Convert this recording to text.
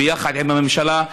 ביחד עם הממשלה,